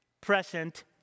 present